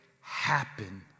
happen